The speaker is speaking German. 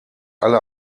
alle